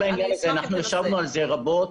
אני אומר שכל העניין הזה, אנחנו ישבנו על זה רבות